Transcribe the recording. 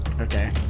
Okay